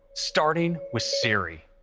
starting with siri.